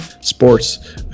Sports